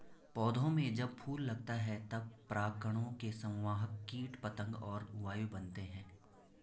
पौधों में जब फूल लगता है तब परागकणों के संवाहक कीट पतंग और वायु बनते हैं